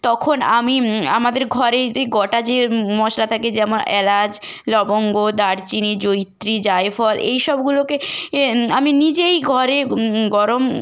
তখন আমি আমাদের ঘরে যে গোটা জিরে মশলা থাকে যেমন এলাচ লবঙ্গ দারচিনি জয়িত্রি জায়ফল এই সবগুলোকে এ আমি নিজেই ঘরে গরম